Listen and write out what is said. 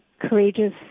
courageous